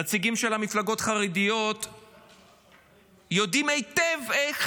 נציגים של מפלגות חרדיות יודעים היטב איך